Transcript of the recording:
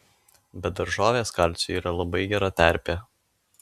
bet daržovės kalciui yra labai gera terpė